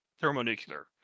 thermonuclear